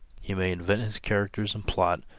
he may invent his characters and plot,